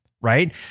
right